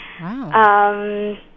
Wow